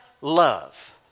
love